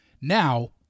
now